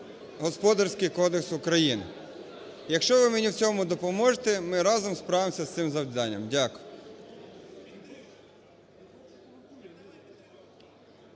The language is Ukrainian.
Господарський кодекс України. Якщо ви мені в цьому допоможете, ми разом справимося з цим завданням. Дякую.